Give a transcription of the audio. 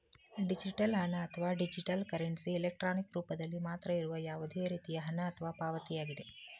digital ಹಣ, ಅಥವಾ digital currency, electronic ರೂಪದಲ್ಲಿ ಮಾತ್ರ ಇರುವ ಯಾವುದೇ ರೇತಿಯ ಹಣ ಅಥವಾ ಪಾವತಿಯಾಗಿದೆ